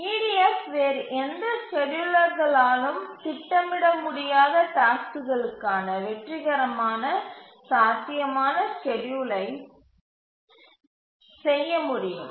EDF வேறு எந்த ஸ்கேட்யூலர்களாலும் திட்டமிட முடியாத டாஸ்க்குகளுக்கான வெற்றிகரமான சாத்தியமான ஸ்கேட்யூலை செய்ய முடியும்